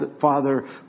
father